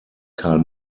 karl